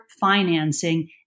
financing